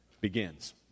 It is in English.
begins